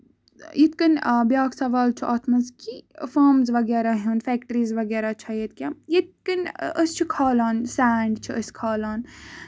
یِتھ کَنۍ بیاکھ سَوال چھُ اَتھ منٛز فٔرمٕز وغیرہ فیکٹریٖز وغیرہ چھا ییتہِ کیٚنہہ یِتھ کٔنۍ أسۍ چھِ کھولان سایڈ چھِ کھالان